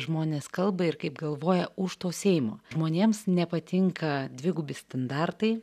žmonės kalba ir kaip galvoja už to seimo žmonėms nepatinka dvigubi standartai